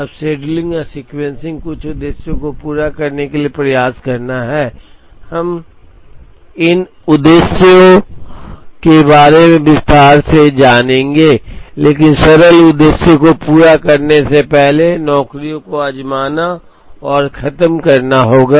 अब शेड्यूलिंग और सीक्वेंसिंग कुछ उद्देश्यों को पूरा करने के लिए प्रयास करना है हम इन उद्देश्यों के बारे में विस्तार से जानेंगे लेकिन सरल उद्देश्यों को पूरा करने से पहले नौकरियों को आज़माना और खत्म करना होगा